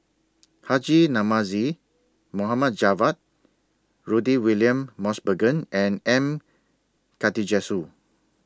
Haji Namazie Mohammad Javad Rudy William Mosbergen and M Karthigesu